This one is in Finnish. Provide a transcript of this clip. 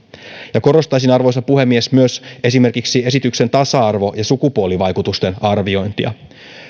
korostaisin arvoisa puhemies myös esimerkiksi esityksen tasa arvo ja sukupuolivaikutusten arviointia